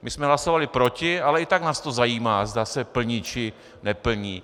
My jsme hlasovali proti, ale i tak nás zajímá, zda se plní, či neplní.